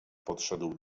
podszedł